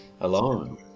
alone